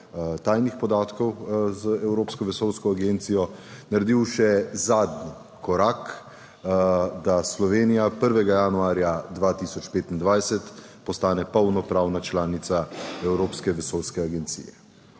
tajnih podatkov z Evropsko vesoljsko agencijo naredil še zadnji korak, da Slovenija 1. januarja 2025 postane polnopravna članica Evropske vesoljske agencije.